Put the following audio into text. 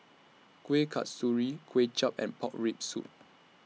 Kuih Kasturi Kway Chap and Pork Rib Soup